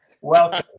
Welcome